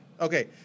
Okay